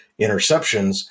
interceptions